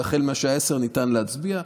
והחל מהשעה 10:00 ניתן להצביע.